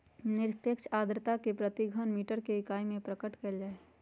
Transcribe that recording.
निरपेक्ष आर्द्रता के प्रति घन मीटर के इकाई में प्रकट कइल जाहई